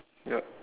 got